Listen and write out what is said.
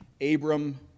Abram